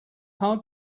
hard